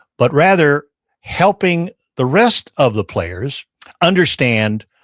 but rather helping the rest of the players understand